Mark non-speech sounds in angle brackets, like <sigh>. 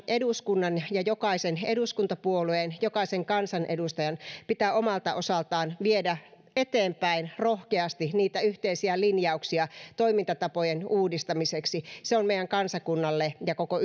eduskunnan ja jokaisen eduskuntapuolueen jokaisen kansanedustajan pitää omalta osaltaan viedä eteenpäin rohkeasti niitä yhteisiä linjauksia toimintatapojen uudistamiseksi se on meidän kansakunnallemme ja koko <unintelligible>